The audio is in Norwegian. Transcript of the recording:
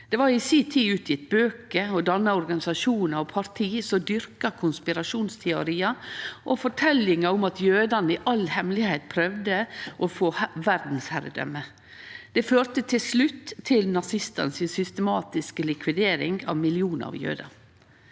Det blei i si tid gjeve ut bøker og danna organisasjonar og parti som dyrka konspirasjonsteoriar og forteljingar om at jødane i all hemmelegheit prøvde å få verdsherredøme. Det førte til slutt til nazistane si systematiske likvidering av millionar av jødar.